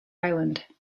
island